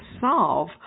solve